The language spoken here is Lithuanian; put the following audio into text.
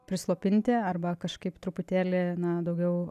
prislopinti arba kažkaip truputėlį na daugiau